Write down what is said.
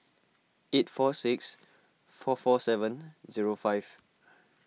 eight four six four four seven zero five